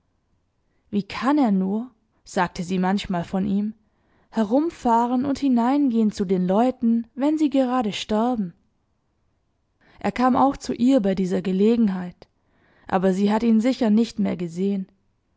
wie kann er nur sagte sie manchmal von ihm herumfahren und hineingehen zu den leuten wenn sie gerade sterben er kam auch zu ihr bei dieser gelegenheit aber sie hat ihn sicher nicht mehr gesehen